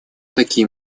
такие